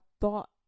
thought